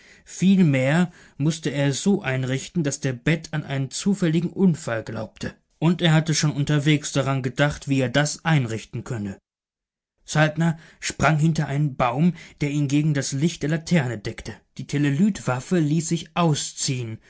vielmehr mußte er es so einrichten daß der bed an einen zufälligen unfall glaubte und er hatte schon unterwegs daran gedacht wie er das einrichten könne saltner sprang hinter einen baum der ihn gegen das licht der laterne deckte die telelytwaffe ließ sich ausziehen